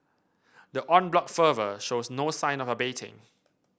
the en bloc fervour shows no sign of abating